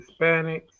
hispanics